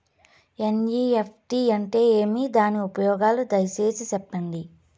NEFT అంటే ఏమి? దాని ఉపయోగాలు దయసేసి సెప్పండి?